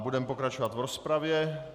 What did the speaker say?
Budeme pokračovat v rozpravě.